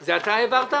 זה אתה העברת?